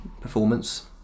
performance